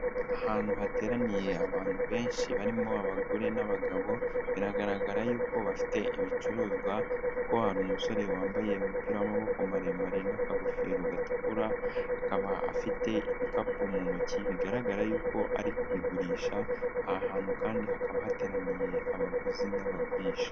Ahantu hateraniye abantu benshi barimo abagore n'abagabo biragaragara yuko bafite ibicuruzwa kuko hari umusore wambaye umupira w'amaboko maremare n'akagofero gatukura, akaba afite ibikapu mu ntoki bigaragara yuko ari kubigurisha aha hantu kandi hakaba hateraniye abaguzi n'abagurisha.